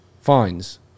Fines